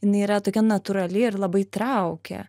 jinai yra tokia natūrali ir labai traukia